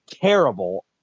terrible